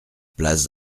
place